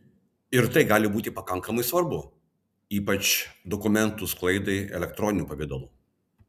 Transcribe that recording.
ir tai gali būti pakankamai svarbu ypač dokumentų sklaidai elektroniniu pavidalu